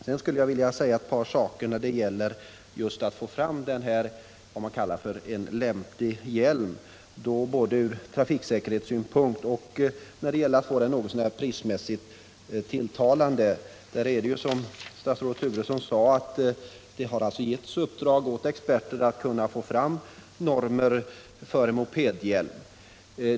Jag skulle vilja säga ett par saker när det gäller att få fram vad man kallar ”en lämplig hjälm”, både från trafiksäkerhetssynpunkt och från synpunkten att få hjälmen något så när prismässigt tilltalande. Det är som statsrådet sade, att det har getts i uppdrag åt experterna att få fram normer för mopedhjälm.